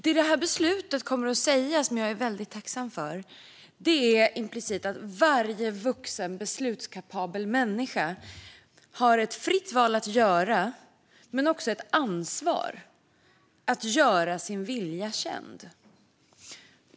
Det som detta beslut kommer att säga, vilket jag är väldigt tacksam för, är implicit att varje vuxen, beslutskapabel människa har ett fritt val att göra men också ett ansvar att göra sin vilja känd.